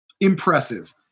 Impressive